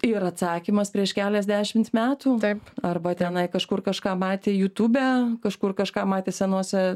ir atsakymas prieš keliasdešimt metų arba tenai kažkur kažką matė jutube kažkur kažką matė senuose